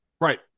Right